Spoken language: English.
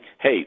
hey